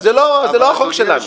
זה לא החוק שלנו,